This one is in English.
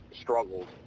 struggled